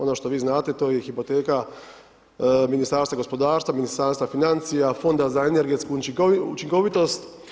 Ono što vi znate, to je i hipoteka Ministarstva gospodarstva, Ministarstva financija, fonda za energetsku učinkovitost.